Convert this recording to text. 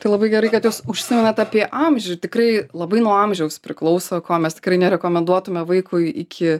tai labai gerai kad jūs užsimenat apie amžių tikrai labai nuo amžiaus priklauso ko mes tikrai nerekomenduotume vaikui iki